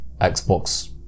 Xbox